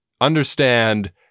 understand